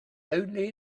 only